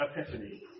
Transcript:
epiphany